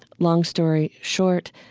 long story short,